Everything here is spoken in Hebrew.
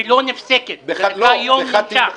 שלא נפסקת, יום נמשך.